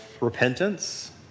repentance